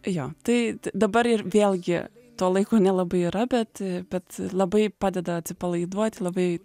jo tai dabar ir vėlgi to laiko nelabai yra bet bet labai padeda atsipalaiduoti labai